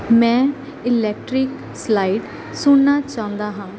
ਮੈਂ electric slide ਸੁਣਨਾ ਚਾਹੁੰਦਾ ਹਾਂ